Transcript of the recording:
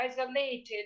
isolated